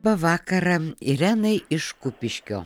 bą vakarą irenai iš kupiškio